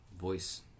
voice